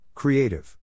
Creative